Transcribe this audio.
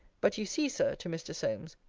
but you see, sir, to mr. solmes,